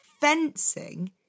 Fencing